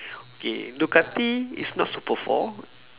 okay Ducati is not super four